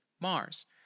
Mars